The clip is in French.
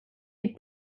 est